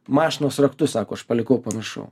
mašinos raktus sako aš palikau pamiršau